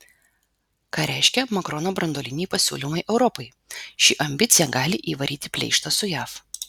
ką reiškia makrono branduoliniai pasiūlymai europai ši ambicija gali įvaryti pleištą su jav